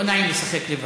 לא נעים לשחק לבד.